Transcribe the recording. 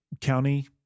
county